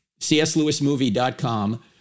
cslewismovie.com